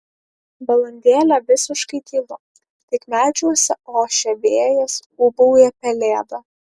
valandėlę visiškai tylu tik medžiuose ošia vėjas ūbauja pelėda